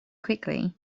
quickly